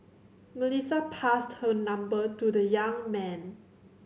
Melissa passed her number to the young man